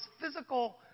physical